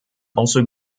also